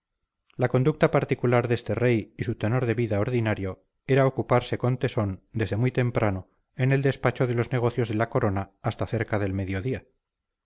la conducta particular de este rey y su tenor de vida ordinario era ocuparse con tesón desde muy temprano en el despacho de los negocios de la corona hasta cerca del mediodía